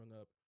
up